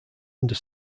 under